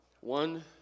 One